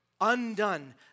undone